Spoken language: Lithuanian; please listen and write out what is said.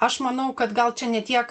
aš manau kad gal čia ne tiek